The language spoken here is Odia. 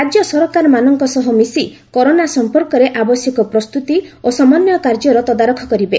ରାଜ୍ୟ ସରକାମାନଙ୍କ ସହ ମିଶି କରୋନା ସମ୍ପର୍କରେ ଆବଶ୍ୟକ ପ୍ରସ୍ତୁତି ଓ ସମନ୍ୱୟ କାର୍ଯ୍ୟର ତଦାରଖ କରିବେ